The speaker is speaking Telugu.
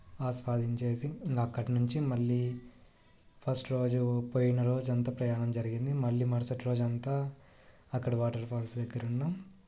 ఆస్వాదించేసి ఇంక అక్కడి నుంచి మళ్ళీ ఫస్ట్ రోజు పోయిన రోజంతా ప్రయాణం జరిగింది మళ్ళీ మరుసటి రోజంతా అక్కడ వాటర్ఫాల్స్ దగ్గర ఉన్నాం